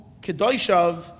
Kedoshav